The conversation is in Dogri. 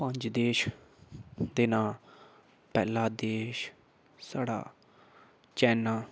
पञें देशें दे नांऽ पैह्ला देश साढ़ा चीन